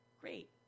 great